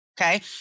Okay